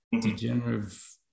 degenerative